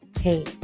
Hey